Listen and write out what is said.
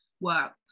work